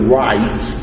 right